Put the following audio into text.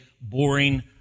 boring